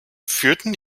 führten